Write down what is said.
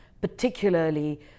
particularly